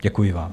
Děkuji vám.